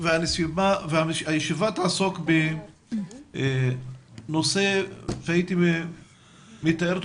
הישיבה תעסוק בנושא שהייתי מתאר אותו